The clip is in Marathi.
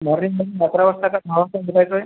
मॉर्निंगमधून अकरा वाजता का दहा वाजता भेटायचं आहे